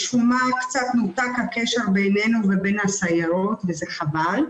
משום מה קצת נותק הקשר בינינו לבין הסיירות וזה חבל.